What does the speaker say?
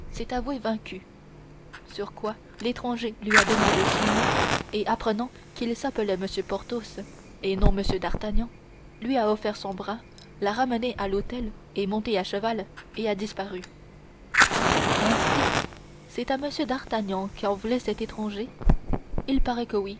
s'est avoué vaincu sur quoi l'étranger lui a demandé son nom et apprenant qu'il s'appelait m porthos et non m d'artagnan lui a offert son bras l'a ramené à l'hôtel est monté à cheval et a disparu ainsi c'est à m d'artagnan qu'en voulait cet étranger il paraît